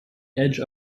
edge